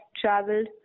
traveled